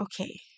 okay